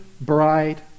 bride